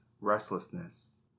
restlessness